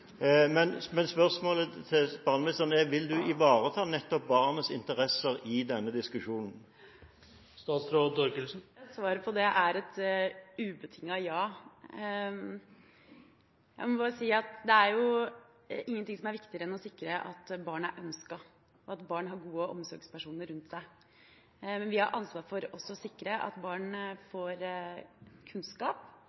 Spørsmålet til barneministeren er: Vil hun ivareta nettopp barnets interesser i denne diskusjonen? Svaret på det er et ubetinget ja. Det er ingenting som er viktigere enn å sikre at barn er ønsket, og at barn har gode omsorgspersoner rundt seg. Men vi har ansvar for også å sikre at barn